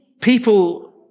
People